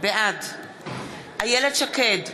בעד איילת שקד,